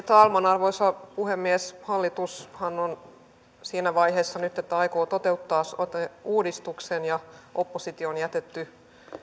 talman arvoisa puhemies hallitushan on siinä vaiheessa nyt että aikoo toteuttaa sote uudistuksen ja oppositio on jätetty